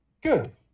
Good